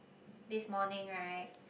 this morning right